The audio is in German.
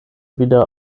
wieder